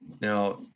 Now